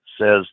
says